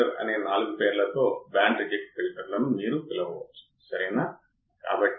ఈ DC voltage Vios చేత సూచించబడిన ఇన్పుట్ ఆఫ్సెట్ వోల్టేజ్ చాలా ముఖ్యమైనది